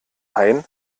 hein